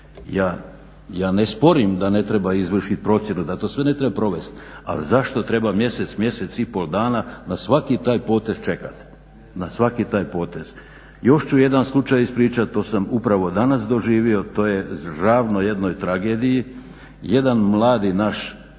Ja ne sporim da ne treba izvršit procjenu, da to sve ne treba provest ali zašto treba mjesec, mjesec i pol dana na svaki taj potez čekati, na svaki taj potez. Još ću jedan slučaj ispričati, to sam upravo danas doživio, to je ravno jednoj tragediji. Jedan mladi naš